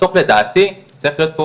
בסוף לדעתי צריך להיות פה,